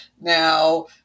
now